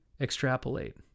extrapolate